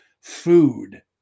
food